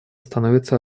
становится